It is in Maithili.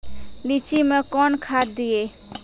लीची मैं कौन खाद दिए?